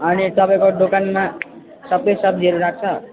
अनि तपाईँको दोकानमा सबै सब्जीहरू राख्छ